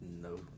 No